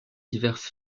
diverses